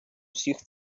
всіх